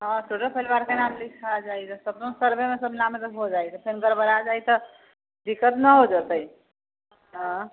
हँ तोरो परिवार के नाम लिखा जाइ सर्वे मे सब नाम गड़बड़ा जाइ तऽ दिक्कत न हो जतै हँ